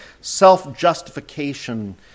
self-justification